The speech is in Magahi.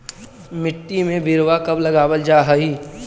मिट्टी में बिरवा कब लगावल जा हई?